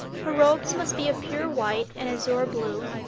her robes must be of pure white and azure blue,